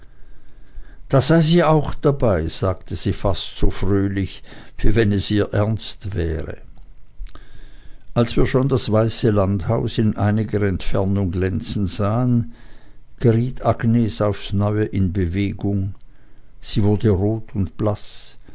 da sei sie auch dabei sagte sie fast so fröhlich wie wenn es ihr ernst wäre als wir schon das weiße landhaus in einiger entfernung glänzen sahen geriet agnes aufs neue in bewegung sie wurde rot und blaß